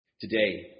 Today